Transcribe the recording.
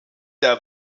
der